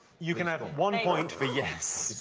you can have one point for yes.